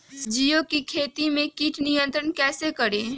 सब्जियों की खेती में कीट नियंत्रण कैसे करें?